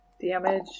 damage